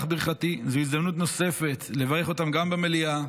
וזו הזדמנות נוספת לברך אותם גם במליאה.